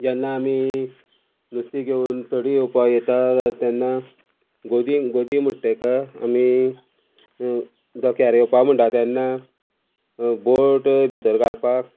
जेन्ना आमी नुस्तें घेवन तडी येवपा येता तेन्ना गोदीग गोदी म्हुणटा तेका आमी धक्यार येवपा म्हणटा तेन्ना बोट भितर घालपाक